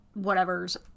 Whatevers